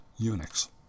Unix